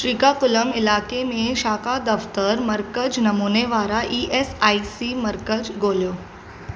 श्रीकाकुलम इलाइक़े में शाख़ा दफ़्तरु मर्कज़ नमूने वारा ई एस आई सी मर्कज़ ॻोल्हियो